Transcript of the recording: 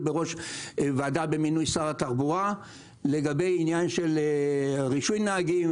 בראש ועדה במינוי שר התחבורה לגבי העניין של רישוי נהגים,